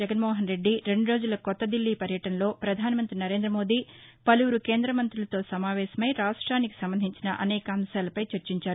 జగన్మోహన్రెడ్డి రెండురోజుల కొత్త దిల్లీ పర్యటనలో ప్రధాన మంతి నరేంద్రమోదీ పలువురు కేంద్ర మంతులతో సమావేశమై రాష్ట్వినికి సంబంధించిన అనేక అంశాలపై చర్చించారు